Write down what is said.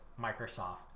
Microsoft